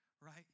right